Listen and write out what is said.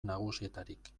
nagusietarik